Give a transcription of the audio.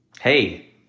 hey